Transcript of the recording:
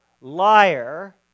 liar